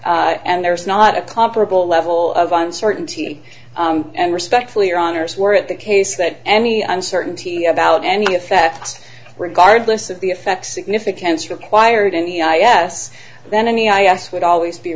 that and there is not a comparable level of uncertainty and respectfully your honour's weren't the case that any uncertainty about any effects regardless of the effects significance required and yes then any i a s would always be